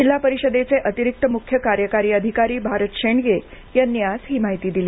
जिल्हा परिषदेचे अतिरिक्त मुख्य कार्यकारी अधिकारी भारत शेंडगे यांनी आज ही माहिती दिली